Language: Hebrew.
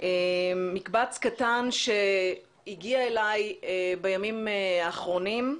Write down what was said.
מקבץ קטן שהגיע אליי בימים האחרונים.